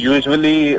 Usually